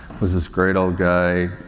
was this great old guy,